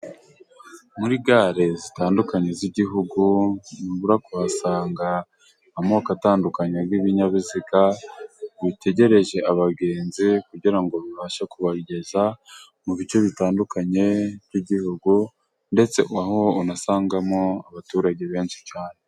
Muri gare zitandukanye z'igihugu ntubura kuhasanga amoko atandukanye y'ibinyabiziga bitegereje abagenzi ,kugira ngo bibashe kubageza mu bice bitandukanye by'igihugu, ndetse aho unasangamo abaturage benshi cyane.